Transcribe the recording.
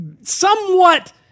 somewhat